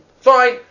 Fine